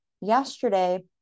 yesterday